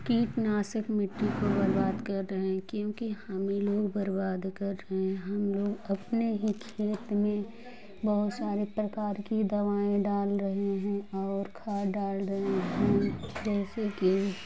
कीटनाषक मिट्टी को बर्बाद कर रहे हैं क्योंकि हम ही लोग बर्बाद कर रहे हैं हम लोग अपने ही खेत में बहुत सारे प्रकार की दवाएँ डाल रहे हैं और खाद डाल रहे हैं जैसे कि